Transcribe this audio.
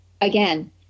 again